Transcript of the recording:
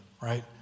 right